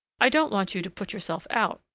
i don't want you to put yourself out,